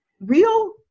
real